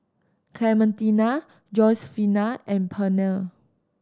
Clementina Josefina and Pernell